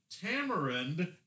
tamarind